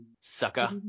Sucker